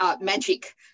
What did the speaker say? magic